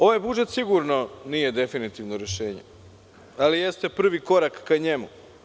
Ovaj budžet sigurno nije definitivno rešenje, ali jeste prvi korak ka njemu.